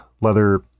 leather